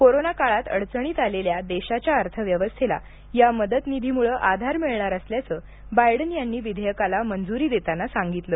corona काळात अडचणीत आलेल्या देशाची अर्थव्यवस्थेला या मदतनिधीमुळं आधार मिळणार असल्याचं बायडन यांनी विधेयकाला मंजुरी देताना सांगितलं